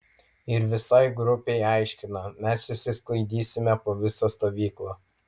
ir visai grupei aiškina mes išsisklaidysime po visą stovyklą